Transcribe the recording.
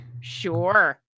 Sure